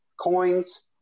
coins